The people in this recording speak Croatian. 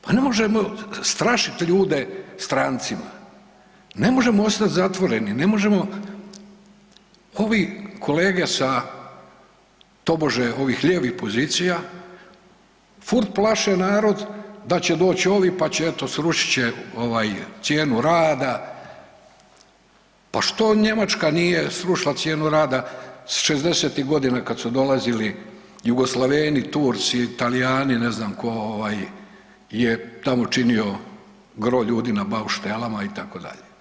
Pa ne možemo strašit ljude strancima, ne možemo ostati zatvoreni, ne možemo, ovi kolege sa tobože ovih lijevih pozicija furt plaše narod da će doći ovi pa će eto srušit će ovaj cijenu rada, pa što Njemačka nije srušila cijenu rada 60-tih godina kad su dolazili Jugoslaveni, Turci, Talijani ne znam tko ovaj je tamo činio gro ljudi na bauštelama itd.